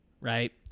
right